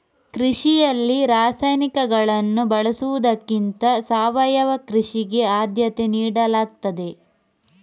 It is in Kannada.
ಕೃಷಿಯಲ್ಲಿ ರಾಸಾಯನಿಕಗಳನ್ನು ಬಳಸುವುದಕ್ಕಿಂತ ಸಾವಯವ ಕೃಷಿಗೆ ಆದ್ಯತೆ ನೀಡಲಾಗ್ತದೆ